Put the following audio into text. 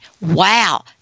Wow